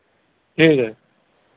ठीक है